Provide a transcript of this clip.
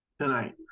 tonight